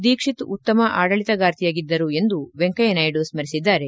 ದೀಕ್ಷಿತ್ ಉತ್ತಮ ಆಡಳಿತಗಾರ್ತಿಯಾಗಿದ್ದರು ಎಂದು ವೆಂಕಯ್ಕನಾಯ್ಡು ಸ್ಕ್ರಿಸಿದ್ದಾರೆ